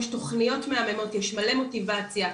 יש תכניות מהממות, יש מלא מוטיבציה.